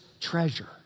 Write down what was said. treasure